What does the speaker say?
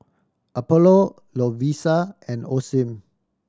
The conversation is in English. Apollo Lovisa and Osim